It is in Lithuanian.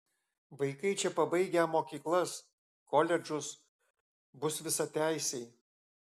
vaikai čia pabaigę mokyklas koledžus bus visateisiai